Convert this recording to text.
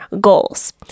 goals